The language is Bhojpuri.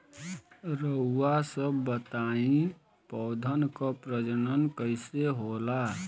रउआ सभ बताई पौधन क प्रजनन कईसे होला?